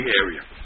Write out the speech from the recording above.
area